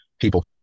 people